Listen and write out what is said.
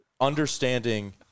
understanding